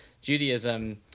Judaism